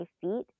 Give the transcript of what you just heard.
feet